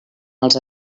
els